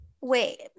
Wait